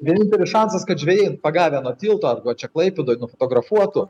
vienintelis šansas kad žvejai pagavę nuo tilto arba čia klaipėdoj nufotografuotų